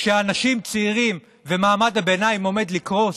שאנשים צעירים ומעמד הביניים עומדים לקרוס?